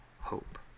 hope